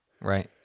Right